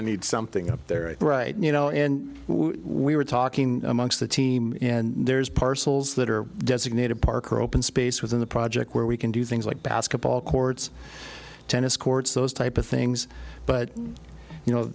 to need something up there right now you know and we were talking amongst the team and there's parcells that are designated park or open space within the project where we can do things like basketball courts tennis courts those type of things but you know